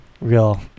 real